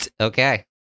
Okay